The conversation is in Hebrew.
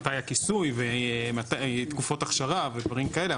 מתי הכיסוי ותקופות אכשרה ודברים כאלה.